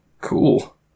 Cool